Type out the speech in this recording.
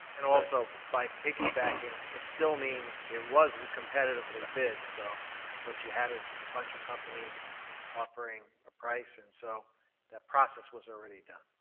and also by piggybacking, it means it was competitively bid. so what you had is a bunch of companies offering a price. and so that process was already done.